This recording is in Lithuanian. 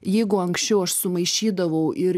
jeigu anksčiau aš sumaišydavau ir